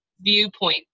viewpoint